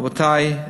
רבותי,